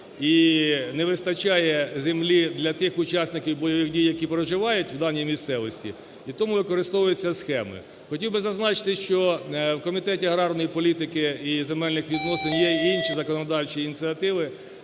І не вистачає землі для тих учасників бойових дій, які проживають в даній місцевості, і тому використовуються схеми. Хотів би зазначати, що в Комітеті аграрної політики і земельних відносин є і інші законодавчі ініціативи